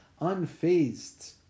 unfazed